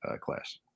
class